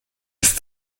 ist